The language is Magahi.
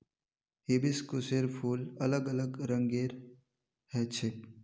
हिबिस्कुसेर फूल अलग अलग रंगेर ह छेक